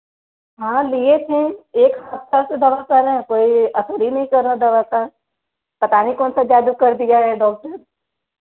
हाँ लिये थे एक सप्ताह से दर्द कर रहा है कोई असर ही नहीं कर रहा दवा का पता नहीं कौनसा जादू कर दिया है डॉक्टर